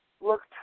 looked